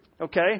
Okay